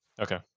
okay